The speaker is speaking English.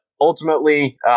ultimately